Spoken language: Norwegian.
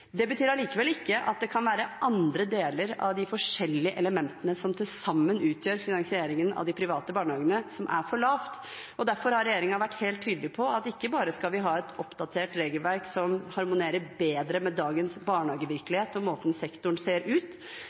Det betyr allikevel ikke at det ikke kan være andre deler av de forskjellige elementene som til sammen utgjør finansieringen av de private barnehagene, som er for lave. Derfor har regjeringen vært helt tydelig på at ikke bare skal vi ha et oppdatert regelverk som harmonerer bedre med dagens barnehagevirkelighet og måten sektoren ser ut